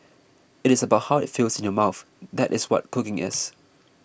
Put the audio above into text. it is about how it feels in your mouth that is what cooking is